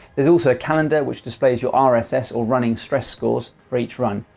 there's also a calendar which displays your ah rss or running stress scores for each run,